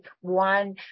one